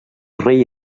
rei